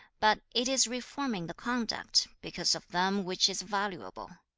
but it is reforming the conduct because of them which is valuable.